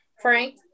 Frank